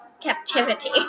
Captivity